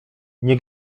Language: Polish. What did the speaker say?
nie